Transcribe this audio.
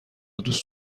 دوست